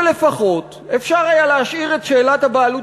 אבל לפחות אפשר היה להשאיר את שאלת הבעלות